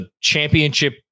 championship